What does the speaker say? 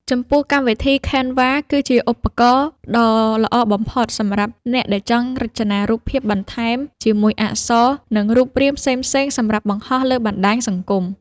ចំពោះ កម្មវិធី ខេនវ៉ា គឺជាឧបករណ៍ដ៏ល្អបំផុតសម្រាប់អ្នកដែលចង់រចនារូបភាពបន្ថែមជាមួយអក្សរ និងរូបរាងផ្សេងៗសម្រាប់បង្ហោះលើបណ្ដាញសង្គម។